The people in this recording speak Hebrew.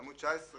עמ' 19